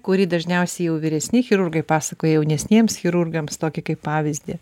kurį dažniausiai jau vyresni chirurgai pasakoja jaunesniems chirurgams tokį kaip pavyzdį